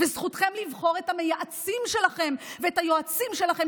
וזכותכם לבחור את המייעצים שלכם ואת היועצים שלכם,